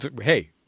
Hey